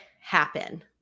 happen